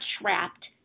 trapped